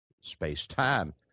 space-time